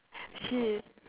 shee~